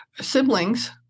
siblings